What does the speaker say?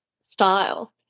style